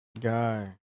Guy